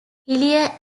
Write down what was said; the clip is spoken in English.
hillier